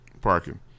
parking